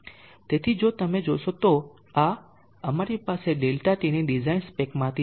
તેથી જો તમે જોશો તો આ અમારી પાસે ΔT ની ડિઝાઇન સ્પેકમાંથી છે